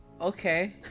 okay